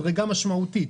מדרגה משמעותית,